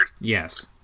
Yes